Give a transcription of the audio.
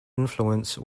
influence